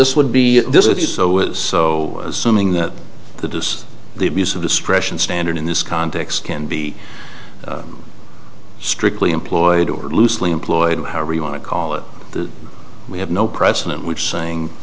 the does the abuse of discretion standard in this context can be strictly employed or loosely employed however you want to call it that we have no precedent which saying